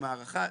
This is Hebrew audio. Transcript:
עם הערכה.